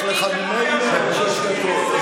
יש לך ממילא עוד שש דקות.